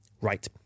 Right